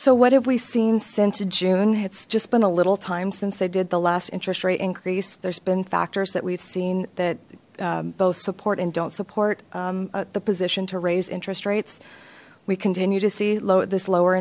so what have we seen since june it's just been a little time since they did the last interest rate increase there's been factors that we've seen that both support and don't support the position to raise interest rates we continue to see low at this lower